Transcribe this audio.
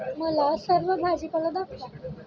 मला सर्व भाजीपाला दाखवा